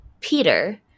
Peter